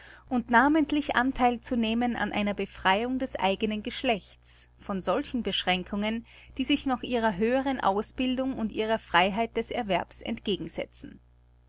und namentlich antheil zu nehmen an einer befreiung des eigenen geschlechts von solchen beschränkungen die sich noch ihrer höheren ausbildung und ihrer freiheit des erwerbs entgegensetzen